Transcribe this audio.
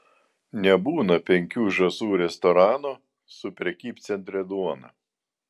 nebūna penkių žąsų restorano su prekybcentrio duona